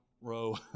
row